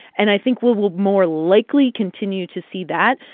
and i think we'll we'll more likely continue to see that.